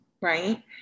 right